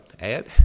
Add